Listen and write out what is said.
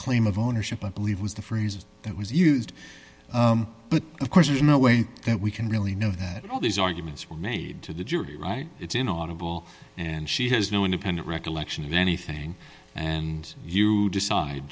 claim of ownership i believe was the phrase that was used but of course there's no way that we can really know that all these arguments were made to the jury right it's inaudible and she has no independent recollection of anything and you decide